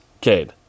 Cade